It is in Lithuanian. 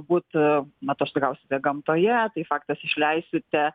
būt na atostogausite gamtoje tai faktas išleisite